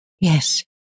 Yes